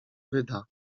wyda